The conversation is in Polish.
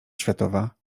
światowa